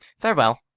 farewell.